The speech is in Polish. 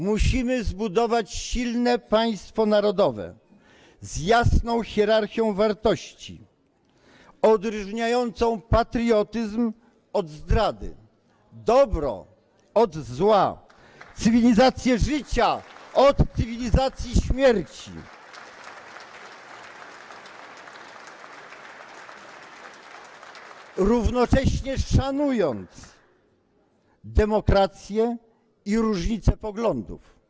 Musimy zbudować silne państwo narodowe z jasną hierarchią wartości odróżniającą patriotyzm od zdrady, dobro od zła, cywilizację życia od cywilizacji śmierci, równocześnie szanując demokrację i różnicę poglądów.